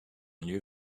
lieu